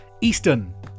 Eastern